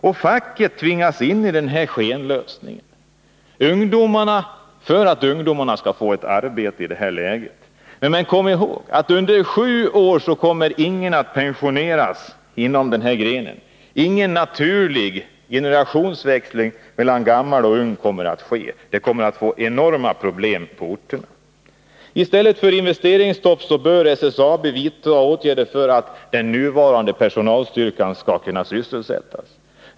Facket tvingas in i denna skenlösning för att ungdomarna skall få ett arbete i detta läge. Men kom ihåg, att ingen inom denna gren kommer att pensioneras inom sju år. Ingen naturlig generationsväxling mellan gammal och ung kommer att ske, vilket kommer att medföra enorma problem på dessa orter. I stället för att införa ett investeringsstopp bör SSAB vidta åtgärder för att sysselsätta den nuvarande personalstyrkan.